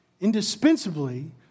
indispensably